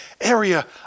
area